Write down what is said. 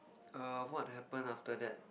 err what happen after that